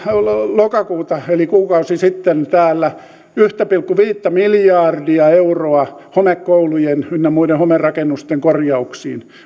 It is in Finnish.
lokakuuta eli kuukausi sitten täällä yhtä pilkku viittä miljardia euroa homekoulujen ynnä muiden homerakennusten korjauksiin